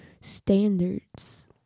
standards